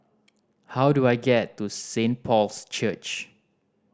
how do I get to Saint Paul's Church